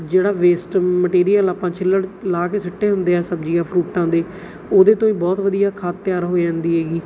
ਜਿਹੜਾ waste material ਆਪਾਂ ਛਿੱਲੜ ਲਾਹ ਕੇ ਸੁੱਟੇ ਹੁੰਦੇ ਆ ਸਬਜ਼ੀਆਂ ਫਰੂਟਾਂ ਦੇ ਉਹਦੇ ਤੋਂ ਵੀ ਬਹੁਤ ਵਧੀਆ ਖਾਦ ਤਿਆਰ ਹੋ ਜਾਂਦੀ ਹੈਗੀ